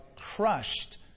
crushed